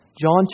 John